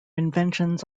inventions